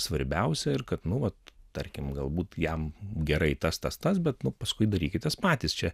svarbiausia ir kad nu vat tarkim galbūt jam gerai tas tas tas bet nu paskui darykitės patys čia